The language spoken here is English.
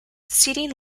seating